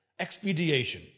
expediation